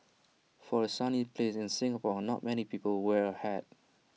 for A sunny place like Singapore not many people wear A hat